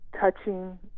touching